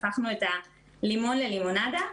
הפכנו את הלימון ללימונדה.